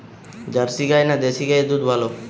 Jersey গাই না দেশী গাইয়ের দুধ ভালো?